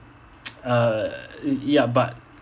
err y~ ya but